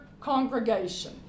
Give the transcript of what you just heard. congregation